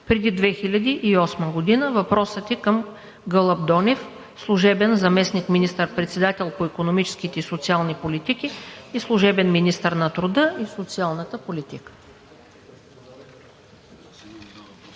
преди 2008 г. Въпросът е към Гълъб Донев – служебен заместник министър-председател по икономическите и социалните политики и служебен министър на труда и социалната политика.